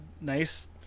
Nice